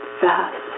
fast